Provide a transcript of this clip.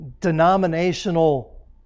denominational